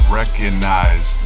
recognize